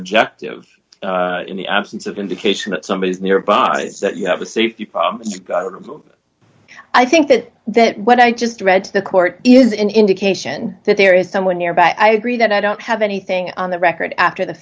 objective in the absence of indication that somebody is nearby that you have a safety problem i think that that what i just read to the court is an indication that there is someone nearby i agree that i don't have anything on the record after the